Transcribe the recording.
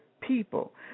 people